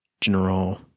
General